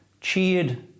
cheered